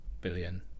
billion